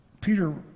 Peter